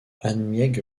annemiek